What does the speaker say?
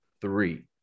Three